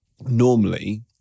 normally